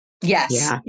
Yes